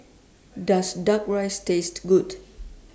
Does Duck Rice Taste Good